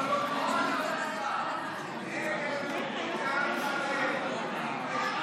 ההצעה להעביר לוועדה את הצעת חוק לביטול אזרחותו או